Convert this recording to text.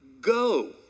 Go